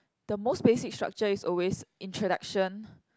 the most basic structure is always introduction